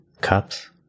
cups